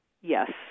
Yes